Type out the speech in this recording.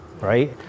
right